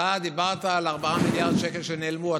אתה דיברת על 4 מיליארד שקל שנעלמו.